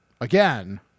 again